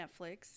Netflix